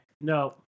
No